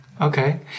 Okay